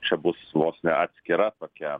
čia bus vos ne atskira tokia